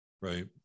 right